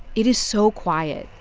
it is so quiet.